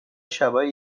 شبای